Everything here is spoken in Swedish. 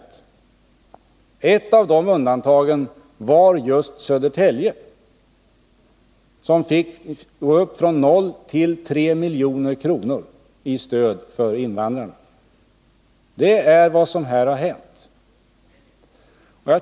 Ett av dessa undantag var just Södertälje, där man gick från 0 till 3 milj.kr. i stöd till invandrarna. Detta är vad som har hänt.